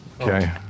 Okay